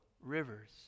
rivers